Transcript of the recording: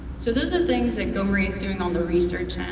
so those are things that gomri's doing on the research end,